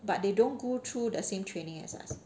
but they don't go through the same training as us